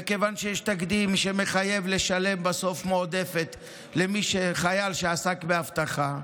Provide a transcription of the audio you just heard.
וכיוון שיש תקדים שבסוף מחייב לשלם מועדפת לחייל שעסק באבטחה,